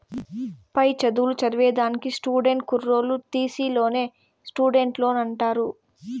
పై చదువులు చదివేదానికి స్టూడెంట్ కుర్రోల్లు తీసీ లోన్నే స్టూడెంట్ లోన్ అంటారు